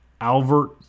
Albert